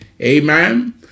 amen